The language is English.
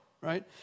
right